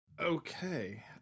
Okay